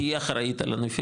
כי היא אחראית על הנפילה,